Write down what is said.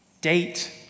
Date